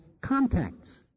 contacts